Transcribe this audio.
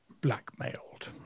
blackmailed